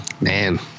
Man